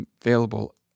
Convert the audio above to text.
available